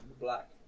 black